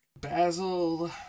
Basil